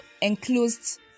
enclosed